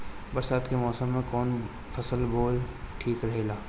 बरसात के मौसम में कउन फसल बोअल ठिक रहेला?